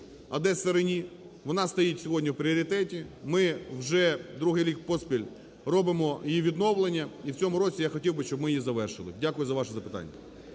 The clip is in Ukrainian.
"Одеса-Рені" – вона стоїть сьогодні у пріоритеті. Ми вже другий рік поспіль робимо її відновлення, і в цьому році я хотів би, щоб ми її завершили. Дякую вам за ваше запитання.